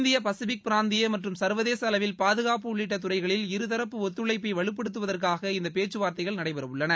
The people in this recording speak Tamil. இந்திய பசிபிக் பிராந்திய மற்றும் சா்வதேச அளவில் பாதுகாப்பு உள்ளிட்ட துறைகளில் இருதரப்பு ஒத்துழைப்பை வலுப்படுத்துவதற்காக இந்த பேச்சுவார்த்தைகள் நடைபெறவுள்ளன